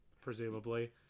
presumably